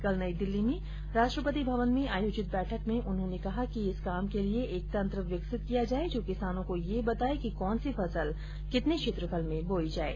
कल नई दिल्ली में राष्ट्रपति भवन में आयोजित बैठक में उन्होंने कहा कि इस कार्य के लिए एक तन्त्र विकसित किया जाये जो किसानों को यह बताये कि कौन सी फसल कितने क्षेत्रफल में बोई जाये